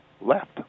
left